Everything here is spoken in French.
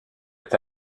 est